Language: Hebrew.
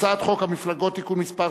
הצעת חוק המפלגות (תיקון מס'